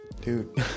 dude